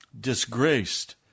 disgraced